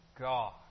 God